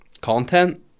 content